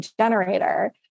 generator